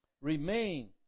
remain